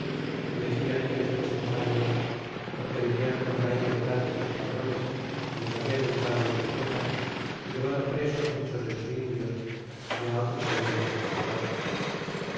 y decian que les fuésemos ayudar porque venian contra ellos grandes esquadrones y les habian entrado en su tierra y llevado presos muchos de sus indios y á otros hablan descalabrado